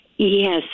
Yes